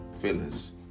fillers